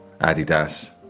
Adidas